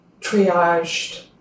triaged